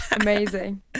amazing